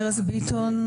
ארז ביטון,